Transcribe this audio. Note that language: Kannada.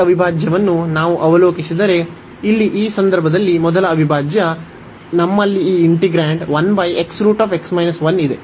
ಈ ಅವಿಭಾಜ್ಯವನ್ನು ನಾವು ಅವಲೋಕಿಸಿದರೆ ಇಲ್ಲಿ ಈ ಸಂದರ್ಭದಲ್ಲಿ ಮೊದಲ ಅವಿಭಾಜ್ಯ ನಮ್ಮಲ್ಲಿ ಈ ಇಂಟಿಗ್ರೇಂಡ್ ಇದೆ